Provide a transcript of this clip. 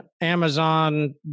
Amazon